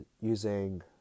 using